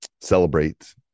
celebrate